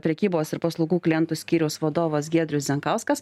prekybos ir paslaugų klientų skyriaus vadovas giedrius zenkauskas